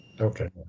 Okay